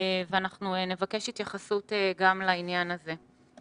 ואנחנו נבקש התייחסות גם לעניין הזה.